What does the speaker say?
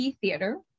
Theater